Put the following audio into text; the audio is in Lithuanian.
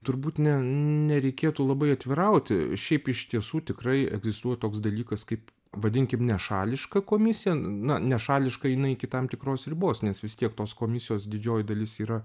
turbūt ne nereikėtų labai atvirauti šiaip iš tiesų tikrai egzistuoja toks dalykas kaip vadinkim nešališka komisija na nešališka jinai iki tam tikros ribos nes vis tiek tos komisijos didžioji dalis yra